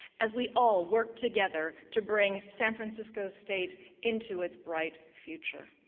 as we all work together to bring san francisco state into its bright future.